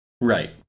Right